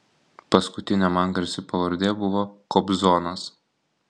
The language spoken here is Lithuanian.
paskutinė man garsi pavardė buvo kobzonas